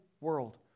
world